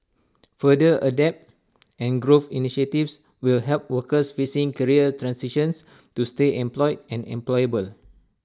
further adapt and grow initiatives will help workers facing career transitions to stay employed and employable